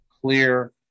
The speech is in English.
clear